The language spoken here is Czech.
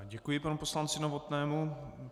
Děkuji panu poslanci Novotnému.